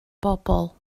bobl